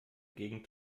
gegen